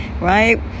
right